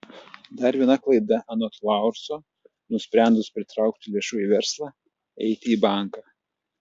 dar viena klaida anot laurso nusprendus pritraukti lėšų į verslą eiti į banką